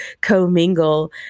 co-mingle